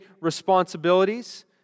responsibilities